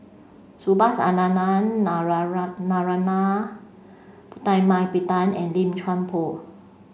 Subhas Anandan Narana Putumaippittan and Lim Chuan Poh